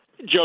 Joe